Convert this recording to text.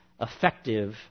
effective